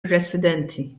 residenti